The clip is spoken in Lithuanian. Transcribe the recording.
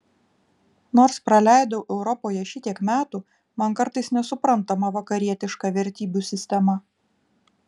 nors praleidau europoje šitiek metų man kartais nesuprantama vakarietiška vertybių sistema